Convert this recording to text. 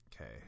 Okay